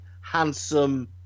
Handsome